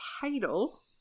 title